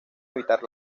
evitar